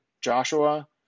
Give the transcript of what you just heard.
Joshua